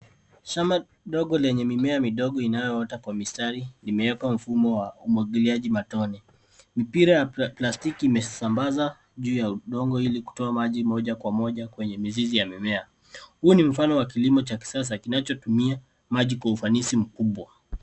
Shamba ndogo lenye mimea midogo inayoota kwa mistari imewekwa mfumo wa umwagiliaji matone. Mipira ya plastiki imesambaza juu ya udongo ili kutoa maji moja kwa moja kwenye mizizi ya mimea. Huu ni mfano wa kilimo cha kisasa kinachotumia maji kwa ufanisi mkubwa.